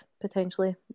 potentially